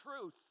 truth